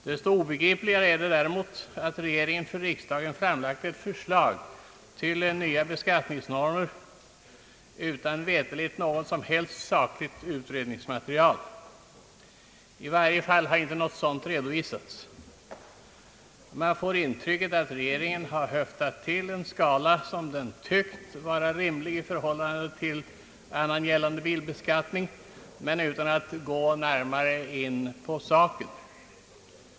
Desto obegripligare är det däremot att regeringen för riksdagen framlagt ett förslag till nya beskattningsnormer veterligen utan något som helst sakligt utredningsmaterial. I varje fall har inte något sådant redovisats. Man får intrycket att regeringen bara höftat till en skala som den »tyckt» vara rimlig i förhållande till annan gällande bilbeskattning men utan att närmare gå in på saken.